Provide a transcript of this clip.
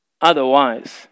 Otherwise